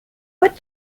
what